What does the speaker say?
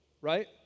Right